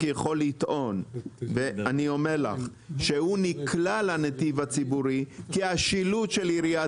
יכול לטעון שהוא נקלע לנתיב הציבורי כי השילוט של עיריית